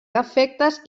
defectes